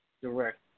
direct